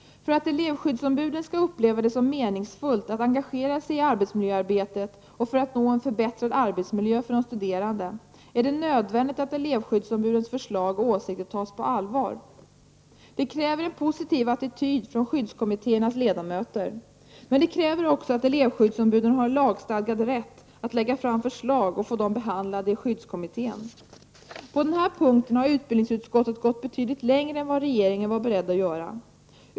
För att elevskyddsombudet skall uppleva det som meningsfullt att engagera sig i arbetsmiljöarbetet och för att nå en förbättrad arbetsmiljö för de studerande är det nödvändigt att elevskyddsombudens förslag och åsikter tas på allvar. Det kräver en positiv attityd hos skyddskommittéernas ledamöter, men det kräver också att elevskyddsombuden har en lagstadgad rätt att lägga fram förslag och få dem behandlade i skyddskommittén. På den här punkten har utbildningsutskottet gått betydligt längre än vad regeringen var beredd att göra.